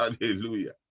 hallelujah